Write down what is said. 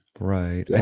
right